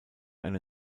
eine